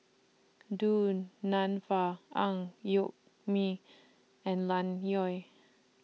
Du Nanfa Ang Yoke Mooi and Ian Loy